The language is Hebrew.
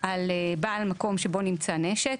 על בעל מקום שבו נמצא נשק.